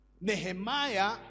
Nehemiah